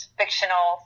fictional